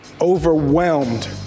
overwhelmed